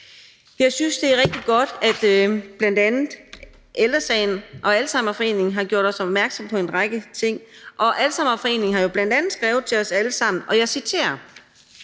Jeg synes, det er rigtig godt, at bl.a. Ældre Sagen og Alzheimerforeningen har gjort os opmærksomme på en række ting. Alzheimerforeningen har jo bl.a. skrevet til os alle sammen, og jeg citerer: